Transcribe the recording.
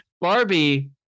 Barbie